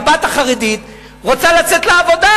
הבת החרדית רוצה לצאת לעבודה.